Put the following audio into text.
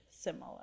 similar